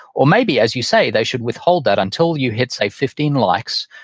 or maybe, as you say, they should withhold that until you hit, say fifteen likes,